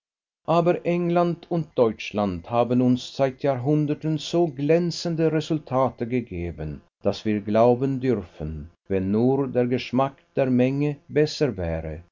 aber england und deutschland haben uns seit jahrhunderten so glänzende resultate gegeben daß wir glauben dürfen wenn nur der geschmack der menge besser wäre